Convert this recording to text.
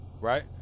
right